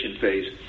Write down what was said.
phase